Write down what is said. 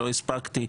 לא הספקתי,